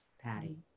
patty